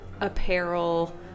apparel